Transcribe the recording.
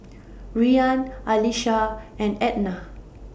Rian Alesha and Ednah